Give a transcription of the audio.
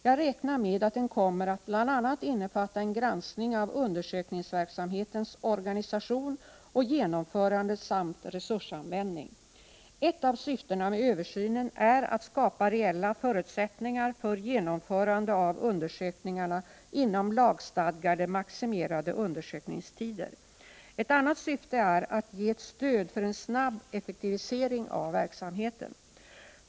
Jag räknar med att den kommer att bl.a. innefatta en granskning av undersökningsverksamhetens organisation och genomförande samt resursanvändning. Ett av syftena med översynen är att skapa reella förutsättningar för genomförande av undersökningarna inom lagstadgade maximerade undersökningstider. Ett annat syfte är att ge ett stöd för en snabb effektivisering av verksamheten.